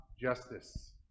justice